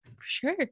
Sure